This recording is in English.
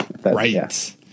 Right